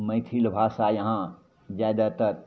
मैथिल भाषा यहाँ जादातर